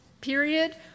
period